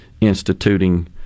instituting